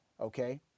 okay